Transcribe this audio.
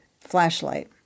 flashlight